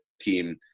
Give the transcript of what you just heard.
team